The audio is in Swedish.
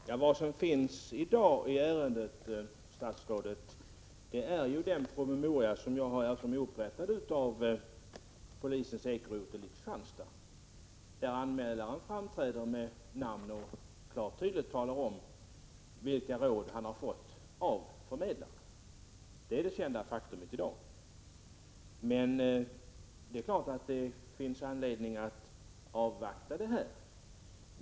Herr talman! Vad som finns i dag i detta ärende, statsrådet Leijon, är den promemoria som jag har fått från polisens ekorotel i Kristianstad. Anmälaren framträder där med namn och talar klart och tydligt om vilka råd han har fått av arbetsförmedlaren. Det är det kända faktumet i dag. Det finns naturligtvis anledning att avvakta utredningen.